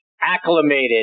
acclimated